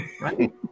Right